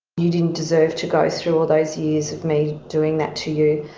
you didn't deserve to go through all those years of me doing that to you.